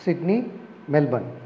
Sydney Melbourne